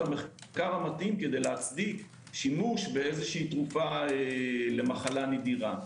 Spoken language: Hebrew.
המחקר המתאים כדי להצדיק שימוש בתרופה למחלה נדירה.